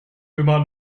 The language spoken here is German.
immer